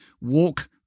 walk